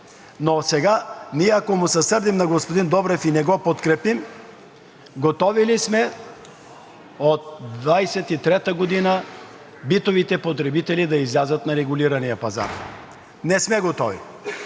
Но сега, ако ние му се сърдим на господин Добрев и не го подкрепим – готови ли сме от 2023 г. битовите потребители да излязат на регулирания пазар? Не сме готови!